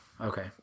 okay